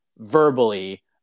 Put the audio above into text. verbally